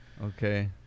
Okay